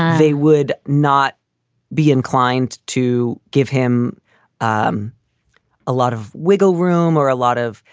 they would not be inclined to give him um a lot of wiggle room or a lot of,